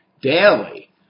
daily